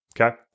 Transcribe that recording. Okay